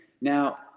Now